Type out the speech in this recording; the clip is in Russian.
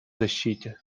защите